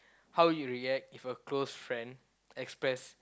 how you react if a close friend express